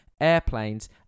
airplanes